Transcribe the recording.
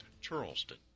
Charleston